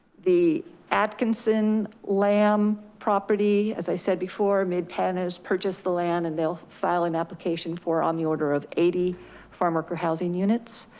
the atkinson lamb property, as i said before, midpen has purchased the land and they'll file an application for on the order of eighty farm worker housing units.